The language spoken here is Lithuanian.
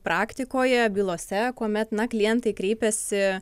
praktikoje bylose kuomet na klientai kreipiasi